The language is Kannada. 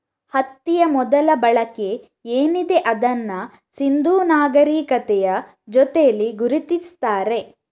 ಹತ್ತಿಯ ಮೊದಲ ಬಳಕೆ ಏನಿದೆ ಅದನ್ನ ಸಿಂಧೂ ನಾಗರೀಕತೆಯ ಜೊತೇಲಿ ಗುರುತಿಸ್ತಾರೆ